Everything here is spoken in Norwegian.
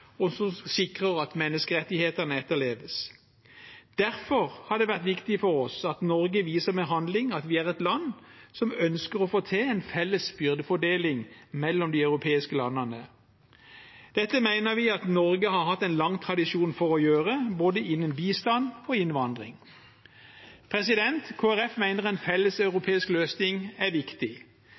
og som sikrer at menneskerettighetene etterleves. Derfor har det vært viktig for oss at Norge viser med handling at vi er et land som ønsker å få til en felles byrdefordeling mellom de europeiske landene. Dette mener vi at Norge har hatt en lang tradisjon for å gjøre innen både bistand og innvandring. Kristelig Folkeparti mener en felleseuropeisk løsning er viktig.